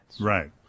Right